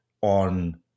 on